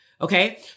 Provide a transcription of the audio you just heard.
Okay